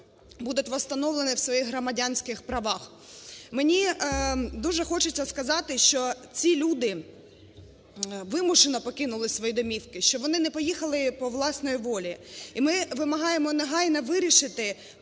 будуть востановлені у своїх громадянських правах. Мені дуже хочеться сказати, що ці люди вимушено покинули свої домівки, що вони не поїхали по власній волі. І ми вимагаємо негайно вирішити